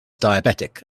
diabetic